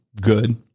good